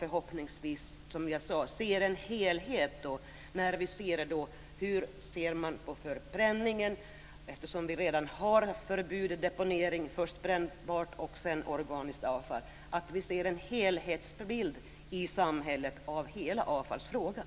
Förhoppningsvis kan man nästa vår se helheten när det gäller hur man ser på förbränning. Det finns redan ett förbud mot deponering av avfall, för brännbart och organiskt avfall. Då kan man se över hela avfallsfrågan.